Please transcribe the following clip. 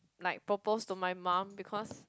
like propose to my mum because